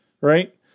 Right